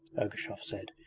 ergushov said,